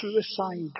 suicide